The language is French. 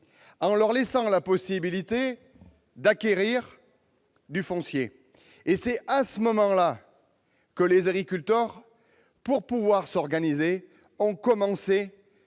en leur ouvrant la possibilité d'acquérir du foncier. C'est à ce moment que les agriculteurs, pour pouvoir s'organiser, ont commencé